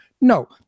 No